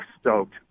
stoked